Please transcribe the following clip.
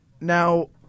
Now